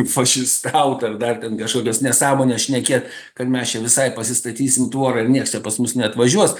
fašistaut ar dar ten kažkokias nesąmones šnekėt kad mes čia visai pasistatysim tvorą ir nieks čia pas mus neatvažiuos